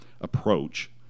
approach